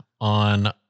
on